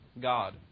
God